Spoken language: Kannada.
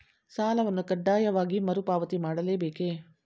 ಸಾಲವನ್ನು ಕಡ್ಡಾಯವಾಗಿ ಮರುಪಾವತಿ ಮಾಡಲೇ ಬೇಕೇ?